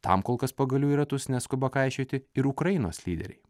tam kol kas pagalių į ratus neskuba kaišioti ir ukrainos lyderiai